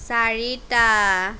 চাৰিটা